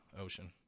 ocean